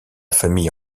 famille